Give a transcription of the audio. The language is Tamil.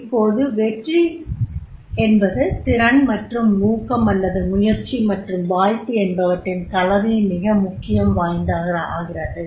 இப்போது வெற்றி திறன் ஊக்கம் முயற்சி வாய்ப்பு என்பவற்றின் கலவை மிக முக்கியத்துவம் வாய்ந்ததாகிறது